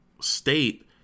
state